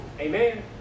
Amen